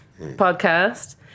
podcast